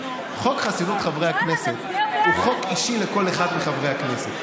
חוק חסינות חברי הכנסת הוא חוק אישי לכל אחד מחברי הכנסת,